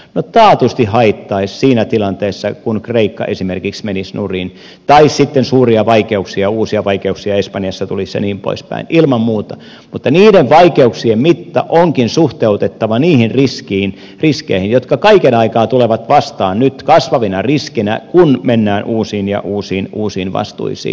no taatusti haittaisi siinä tilanteessa kun kreikka esimerkiksi menisi nurin tai tulisi suuria ja uusia vaikeuksia espanjassa ja niin poispäin ilman muuta mutta niiden vaikeuksien mitta onkin suhteutettava niihin riskeihin jotka kaiken aikaa tulevat vastaan nyt kasvavina riskeinä kun mennään uusiin ja uusiin vastuisiin